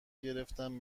گرفتم